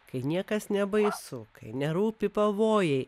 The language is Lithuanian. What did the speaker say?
kai niekas nebaisu kai nerūpi pavojai